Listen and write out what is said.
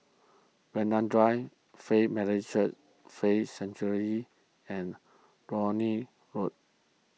Vanda Drive Faith Methodist Church Faith Sanctuary and Lornie Road